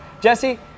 Jesse